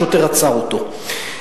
השוטר עצר אותו.